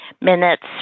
minutes